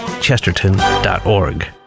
Chesterton.org